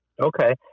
Okay